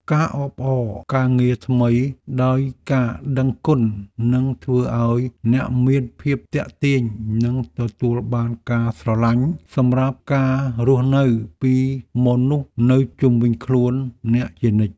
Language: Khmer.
ការអបអរការងារថ្មីដោយការដឹងគុណនឹងធ្វើឱ្យអ្នកមានភាពទាក់ទាញនិងទទួលបានការស្រឡាញ់សម្រាប់ការរស់នៅពីមនុស្សនៅជុំវិញខ្លួនអ្នកជានិច្ច។